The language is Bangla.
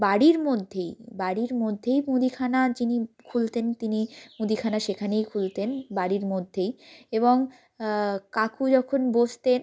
বাড়ির মধ্যেই বাড়ির মধ্যেই মুদিখানা যিনি খুলতেন তিনি মুদিখানা সেখানেই খুলতেন বাড়ির মধ্যেই এবং কাকু যখন বসতেন